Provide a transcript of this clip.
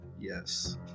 Yes